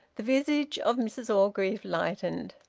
the visage of mrs orgreave lightened.